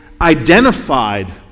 identified